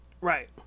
Right